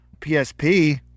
PSP